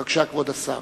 בבקשה, כבוד השר.